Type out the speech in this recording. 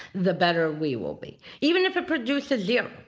the better we will be. even if it produces zero,